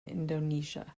indonesia